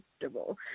comfortable